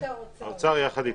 האוצר יחד איתנו.